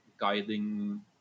guiding